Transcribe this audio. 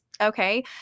Okay